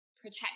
protect